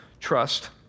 trust